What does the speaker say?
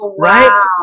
Right